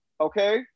Okay